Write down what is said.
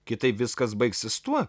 kitaip viskas baigsis tuo